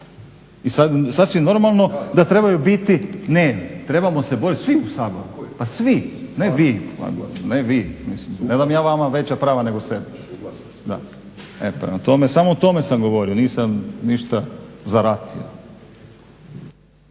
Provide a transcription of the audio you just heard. I sasvim normalno da trebaju biti, ne trebamo se boriti svi u Saboru, svi, ne vi. Ne dam ja vama veća prava nego sebi. Da. E prema tome, samo o tome sam govorio nisam ništa zaratio.